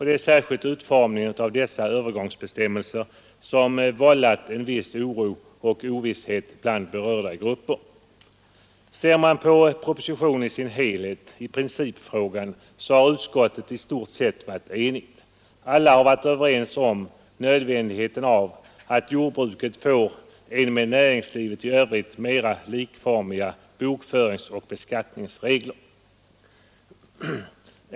Det är särskilt utformningen av dessa övergångsbestämmelser som vållat en viss oro och ovisshet bland berörda grupper. Ser man på propositionen i sin helhet har utskottet i principfrågan i stort sett varit enigt. Alla har varit överens om nödvändigheten av att jordbruket får med näringslivet i övrigt mera likformiga bokföringsoch beskattningsregler.